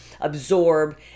absorb